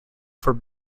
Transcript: for